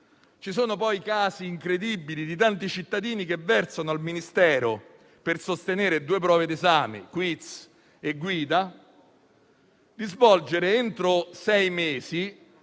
Ci sono poi casi incredibili di tanti cittadini che versano soldi al Ministero per sostenere due prove d'esame (quiz e guida) da svolgere entro sei mesi